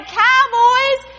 cowboys